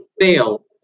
fail